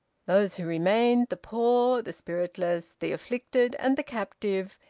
those who remained, the poor, the spiritless, the afflicted, and the captive,